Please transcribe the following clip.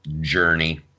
journey